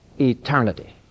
eternity